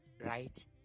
right